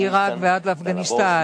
מעירק ועד אפגניסטן,